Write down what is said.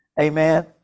Amen